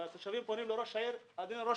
מהפייסבוק והתושבים פונים לראש העיר ושואלים היכן הוא.